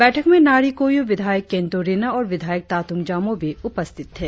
बैठक में नारी कोयु विधायक केन्तो रिना और विधायक तातुंग जामोह भी उपस्थित थे